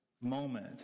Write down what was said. moment